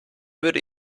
würde